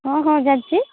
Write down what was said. ହଁ ହଁ ଜାଣିଛି